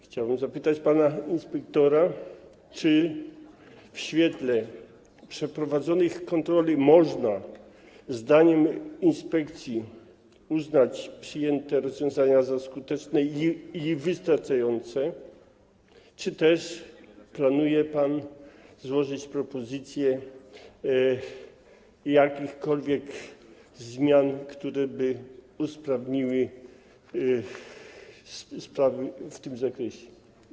Chciałbym zapytać pana inspektora, czy w świetle przeprowadzonych kontroli można, zdaniem inspekcji, uznać przyjęte rozwiązania za skuteczne i wystarczające, czy też planuje pan złożyć propozycję jakichkolwiek zmian, które by usprawniły sprawy w tym zakresie.